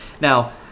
Now